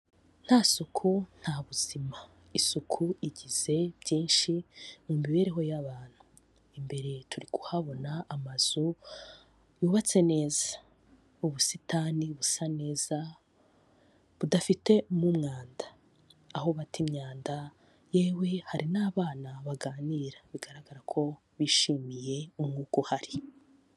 Nta suku nta buzima, isuku igize byinshi mu mibereho y'abantu, imbere turi kuhabona amazu yubatse neza, ubusitani busa neza budafitemo umwanda, aho bata imyanda yewe hari n'abana baganira bigaragara ko bishimiye umwuka uhari.